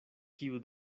kiu